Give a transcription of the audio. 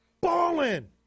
balling